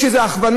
יש איזה הכוונה,